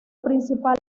principal